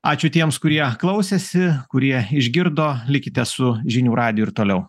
ačiū tiems kurie klausėsi kurie išgirdo likite su žinių radiju ir toliau